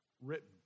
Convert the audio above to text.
written